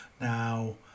Now